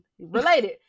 Related